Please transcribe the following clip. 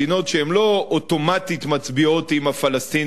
מדינות שהן לא אוטומטית מצביעות עם הפלסטינים